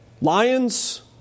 Lions